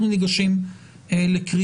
אנחנו ניגשים לקריאה.